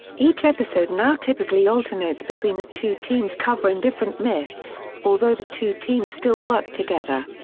each episode now typically alternates between the two teams covering different myths, although the two teams still work together.